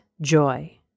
joy